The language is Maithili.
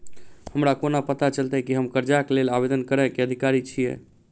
हमरा कोना पता चलतै की हम करजाक लेल आवेदन करै केँ अधिकारी छियै?